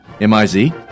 M-I-Z